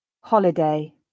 holiday